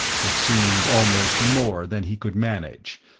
it seemed almost more than he could manage,